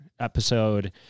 Episode